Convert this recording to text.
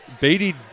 Beatty